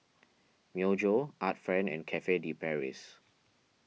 Myojo Art Friend and Cafe De Paris